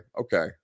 okay